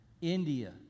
India